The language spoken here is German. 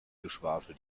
geschwafel